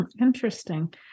Interesting